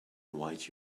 white